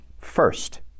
first